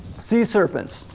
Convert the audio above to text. sea serpents,